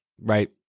right